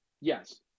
Yes